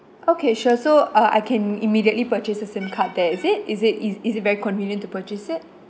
okay sure so uh I can immediately purchase a SIM card there is it is it is is it very convenient to purchase it